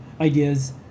ideas